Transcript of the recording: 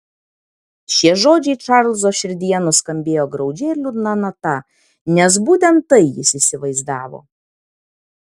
šie žodžiai čarlzo širdyje nuskambėjo graudžia ir liūdna nata nes būtent tai jis įsivaizdavo